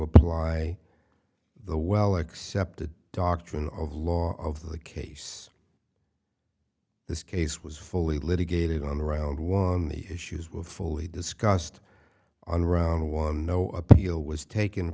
apply the well accepted doctrine of law of the case this case was fully litigated on round one the issues were fully discussed on round one no appeal was taken